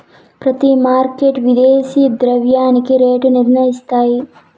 ప్రతి మార్కెట్ విదేశీ ద్రవ్యానికి రేటు నిర్ణయిస్తాయి